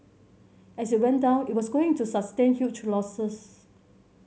as it went down it was going to sustain huge losses